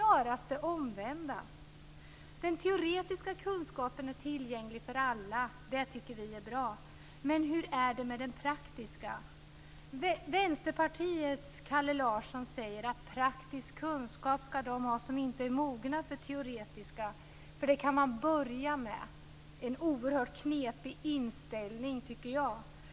Det omvända! Den teoretiska kunskapen är tillgänglig för alla. Det tycker vi är bra. Men hur är det med den praktiska? Vänsterpartiets Kalle Larsson säger att de som inte är mogna för det teoretiska skall ha praktisk kunskap. Det kan man börja med. Det är, tycker jag, en oerhört knepig inställning.